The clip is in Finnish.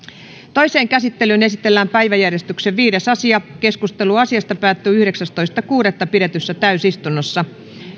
toiseen käsittelyyn esitellään päiväjärjestyksen viides asia keskustelu asiasta päättyi yhdeksästoista kuudetta kaksituhattakahdeksantoista pidetyssä täysistunnossa